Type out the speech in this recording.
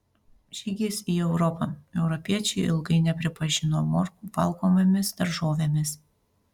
žygis į europą europiečiai ilgai nepripažino morkų valgomomis daržovėmis